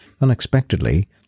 unexpectedly